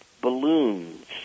balloons